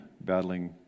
battling